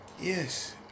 yes